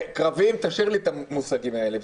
"קרביים" תשאיר לי את המושגים האלה.